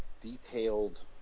detailed